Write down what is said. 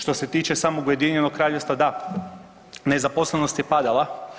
Što se tiče samog Ujedinjenog Kraljevstva da, nezaposlenost je padala.